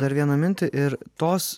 dar vieną mintį ir tos